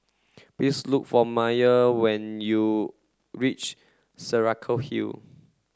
please look for Meyer when you reach Saraca Hill